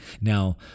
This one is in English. Now